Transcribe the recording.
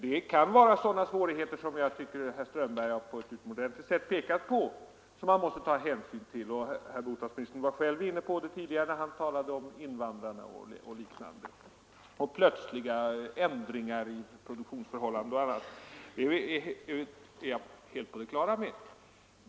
Det kan föreligga svårigheter att riktigt avväga byggnationen — jag tycker att herr Strömberg på ett utomordentligt sätt har pekat på dem — som man måste ta hänsyn till. Herr bostadsministern var själv inne på saken tidigare då han talade om invandrarna, plötsliga ändringar i produktionsförhållanden och annat.